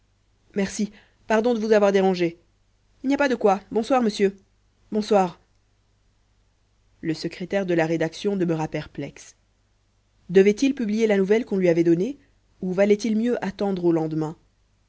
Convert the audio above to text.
merci pardon de vous avoir dérangé il n'y a pas de quoi bonsoir monsieur bonsoir le secrétaire de la rédaction demeura perplexe devait-il publier la nouvelle qu'on lui avait donnée ou valait-il mieux attendre au lendemain